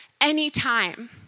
anytime